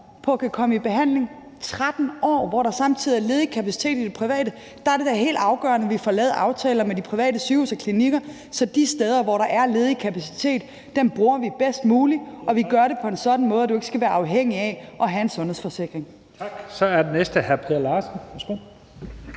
på at komme i behandling – 13 år – og hvor der samtidig er ledig kapacitet i det private. Der er det da helt afgørende, at vi får lavet aftaler med de private sygehuse og klinikker, sådan at vi bruger de steder, hvor der er ledig kapacitet, bedst muligt, og at vi gør det på en sådan måde, at du ikke skal være afhængig af at have en sundhedsforsikring. Kl. 14:56 Første næstformand